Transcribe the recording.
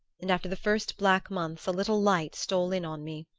and after the first black months a little light stole in on me.